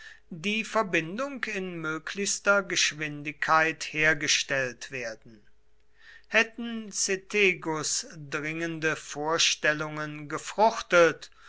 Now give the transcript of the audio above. die verbindung in möglichster geschwindigkeit hergestellt werden hätten cethegus dringende vorstellungen gefruchtet